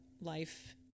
life